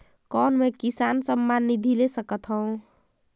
कौन मै किसान सम्मान निधि ले सकथौं?